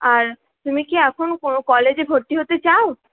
আর তুমি কি এখন কোনো কলেজে ভর্তি হতে চাও